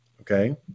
okay